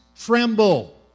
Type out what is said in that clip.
tremble